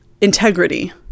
integrity